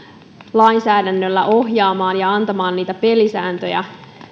lainsäädännöllä ohjaamaan ja antamaan pelisääntöjä